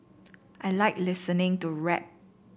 I like listening to rap